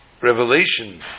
revelation